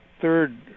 third